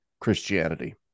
Christianity